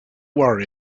worry